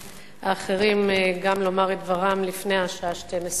האחרים גם לומר את דברם לפני השעה 24:00,